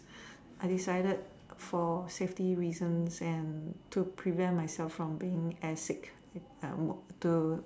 I decided for safety reasons and to prevent myself from being air sick to